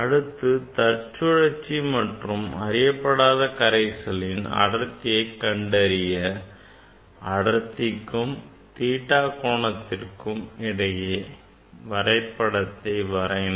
அடுத்து தற்சுழற்சி மற்றும் அறியப்படாத கரைசலின் அடர்த்தியை கண்டறிய அடர்த்திக்கும் theta கோணத்திற்கும் இடையே வரைபடத்தை வரைந்து